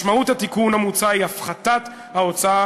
משמעות התיקון המוצע היא הפחתת ההוצאה